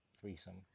threesome